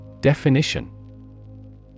Definition